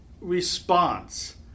response